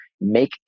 make